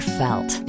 felt